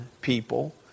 people